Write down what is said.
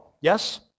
Yes